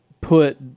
put